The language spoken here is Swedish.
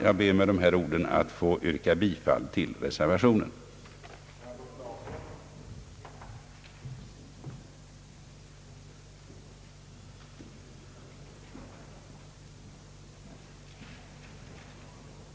Jag ber att med dessa ord få yrka bifall till reservationen av herr Virgin m.fl.